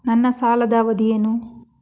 ನನ್ನ ಸಾಲದ ಅವಧಿ ಏನು?